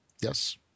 Yes